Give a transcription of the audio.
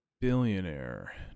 billionaire